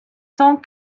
cent